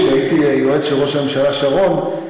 כשהייתי יועץ של ראש הממשלה שרון,